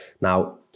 Now